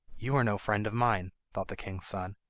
you are no friend of mine thought the king's son,